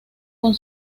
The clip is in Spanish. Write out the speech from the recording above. con